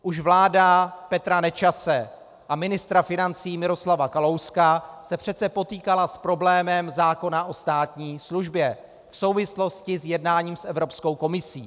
Už vláda Petra Nečase a ministra financí Miroslava Kalouska se přece potýkala s problémem zákona o státní službě v souvislosti s jednáním s Evropskou komisí.